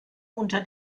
unter